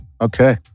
Okay